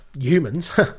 humans